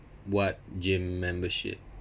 what gym membership